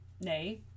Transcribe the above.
nay